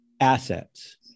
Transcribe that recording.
assets